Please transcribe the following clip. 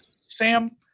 Sam